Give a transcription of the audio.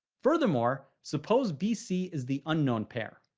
furthermore, suppose bc is the unknown pair.